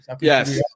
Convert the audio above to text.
Yes